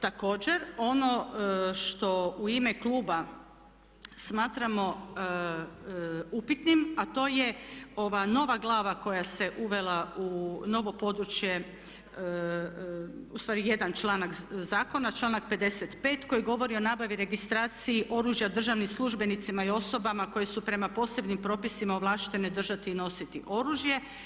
Također, ono što u ime kluba smatramo upitnim, a to je ova nova glava koja se uvela u novo područje, u stvari jedan članak zakona, članak 55. koji govori o nabavi registraciji oružja državnim službenicima i osobama koji su prema posebnim propisima ovlaštene držati i nositi oružje.